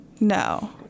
No